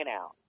out